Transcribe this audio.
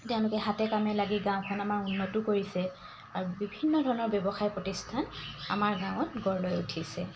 তেওঁলোকে হাতে কামে লাগি গাঁওখন আমাৰ উন্নতো কৰিছে আৰু বিভিন্ন ধৰণৰ ব্যৱসায় প্ৰতিষ্ঠান আমাৰ গাঁৱত গঢ় লৈ উঠিছে